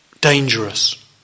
dangerous